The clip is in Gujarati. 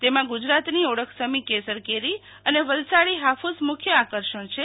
તેમાં ગુજરાતની ઓળખસમી કેસર કેરી અને વલસાડી હાફૂસ મુખ્ય આકર્ષણ છે